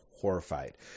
horrified